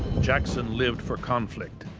jackson lived for conflict,